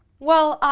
well,